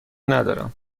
ندارم